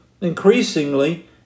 increasingly